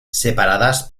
separadas